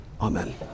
amen